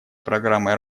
программой